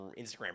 Instagram